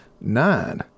nine